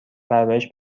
پرورش